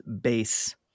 base